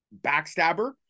backstabber